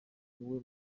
iwe